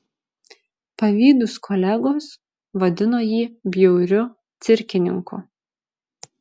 pavydūs kolegos vadino jį bjauriu cirkininku